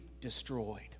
destroyed